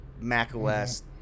macOS